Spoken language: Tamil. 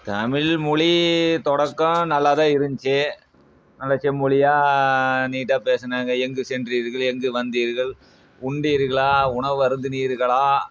தமிழ்மொழி தொடக்கம் நல்லாதான் இருந்துச்சு நல்ல செம்மொழியா நீட்டாக பேசினாங்க எங்கு சென்றீர்கள் எங்கு வந்தீர்கள் உண்டீர்களா உணவு அருந்தினீர்களா